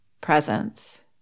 presence